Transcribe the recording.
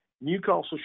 Newcastle